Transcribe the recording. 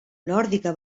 nòrdica